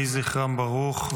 יהי זכרם ברוך.